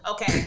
Okay